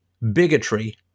bigotry